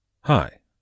Hi